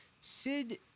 Sid